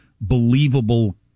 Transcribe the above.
believable